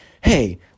hey